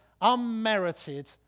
unmerited